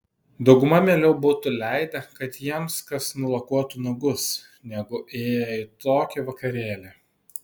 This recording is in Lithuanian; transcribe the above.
dauguma mieliau būtų leidę kad jiems kas nulakuotų nagus negu ėję į tokį vakarėlį